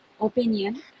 Opinion